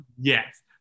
yes